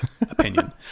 opinion